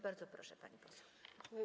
Bardzo proszę, pani poseł.